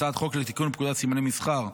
הצעת חוק לתיקון פקודת סימני מסחר (מס'